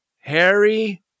Harry